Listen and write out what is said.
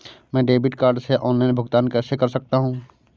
मैं debit card से online भुगतान कैसे कर सकता हूँ?